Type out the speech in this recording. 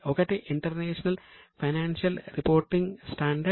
ఒకటి international financial reporting standard